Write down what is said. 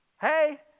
Hey